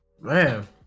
Man